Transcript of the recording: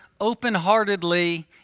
open-heartedly